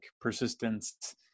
persistence